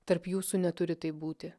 tarp jūsų neturi taip būti